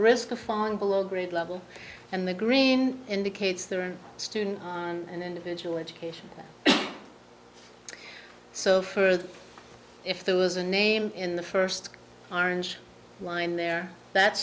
risk of falling below grade level and the green indicates their student and individual education so for them if there was a name in the first orange line there that